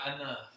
enough